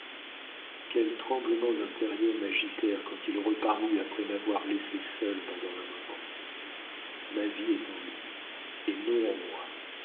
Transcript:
quels tremblements intérieurs m'agitèrent quand il reparut après m'avoir laissée seule pendant un moment ma vie est en lui et non en moi